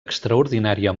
extraordinària